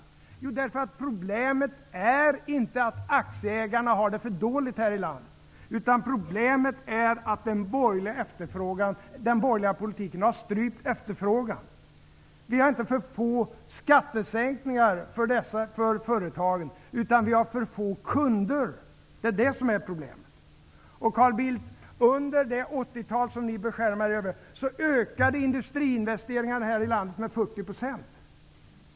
Jo, därför att problemet är inte att aktieägarna här i landet har det för dåligt, utan problemet är att den borgerliga politiken har strypt efterfrågan. Det har inte varit för få skattesänkningar för företagen, utan det har varit för få kunder. Det är det som är problemet. Och, Carl Bildt, under det 80-tal som ni beskärmar er över ökade industriinvesteringarna här i landet med 40 %.